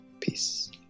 peace